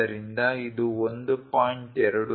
ಆದ್ದರಿಂದ ಇದು 1